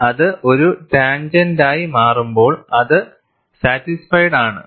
അതിനാൽ അത് ഒരു ടാൻജെന്റായി മാറുമ്പോൾ അത് സാറ്റിസ്ഫൈഡ് ആണ്